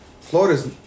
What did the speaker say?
Florida's